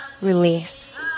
release